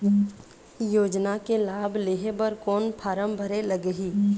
योजना के लाभ लेहे बर कोन फार्म भरे लगही?